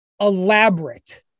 elaborate